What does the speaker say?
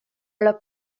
los